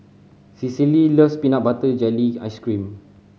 Cicely loves peanut butter jelly ice cream